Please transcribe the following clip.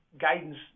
guidance